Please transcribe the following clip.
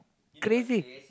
crazy